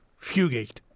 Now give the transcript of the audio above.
Fugate